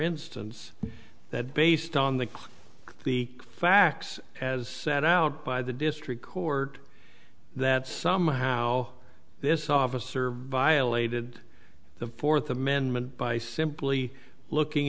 instance that based on the the facts as set out by the district court that somehow this officer violated the fourth amendment by simply looking